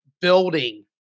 building